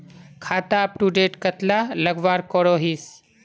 खाता अपटूडेट कतला लगवार करोहीस?